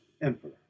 emperor